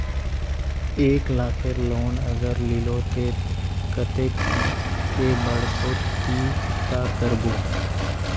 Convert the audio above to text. एक लाख केर लोन अगर लिलो ते कतेक कै बरश सोत ती चुकता करबो?